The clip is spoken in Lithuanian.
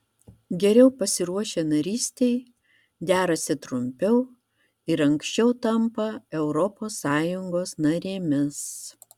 geriau pasiruošę narystei derasi trumpiau ir anksčiau tampa europos sąjungos narėmis